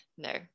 No